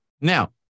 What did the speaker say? Now